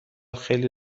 خیلی